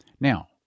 Now